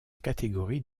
catégorie